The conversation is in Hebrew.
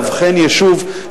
לאבחן יישוב,